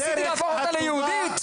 האם ניסיתי להפוך אותה ליהודית?